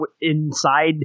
inside